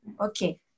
Okay